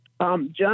John